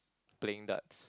playing darts